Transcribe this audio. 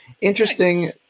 interesting